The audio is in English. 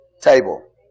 table